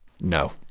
No